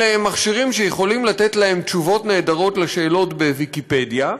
אלה מכשירים שיכולים לתת להם תשובות נהדרות על שאלות ב"ויקיפדיה",